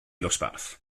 ddosbarth